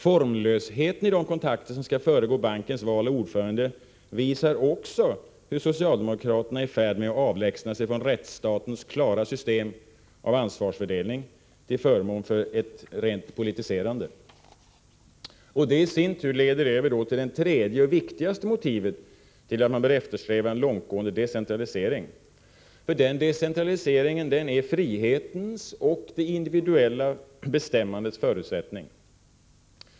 Formlösheten i de kontakter som skall föregå bankens val av ordförande visar också hur socialdemokraterna är i färd med att avlägsna sig från rättsstatens klara system av ansvarsfördelning, till förmån för ett rent politiserande. Detta leder i sin tur över till det tredje och viktigaste motivet till att man bör eftersträva en långtgående decentralisering. Denna decentralisering är frihetens och det individuella bestämmandets förutsättning.